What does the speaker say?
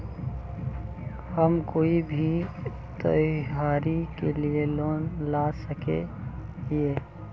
हम कोई भी त्योहारी के लिए लोन ला सके हिये?